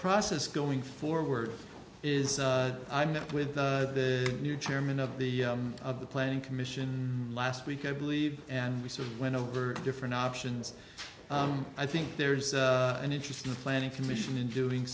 process going forward is i met with the new chairman of the of the planning commission last week i believe and we sort of went over different options i think there's an interest in the planning commission in doing